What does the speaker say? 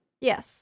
Yes